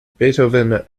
beethoven